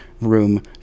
room